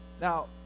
now